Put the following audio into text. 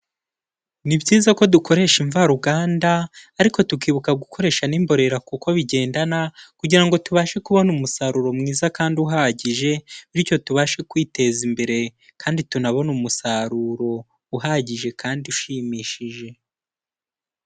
Ni byiza ko dukoresha imvaruganda, ariko tukibuka gukoresha n'imborera kuko bigendana, kugira ngo tubashe kubona umusaruro mwiza kandi uhagije, bityo tubashe kwiteza imbere kandi tunabona umusaruro uhagije kandi ushimishije.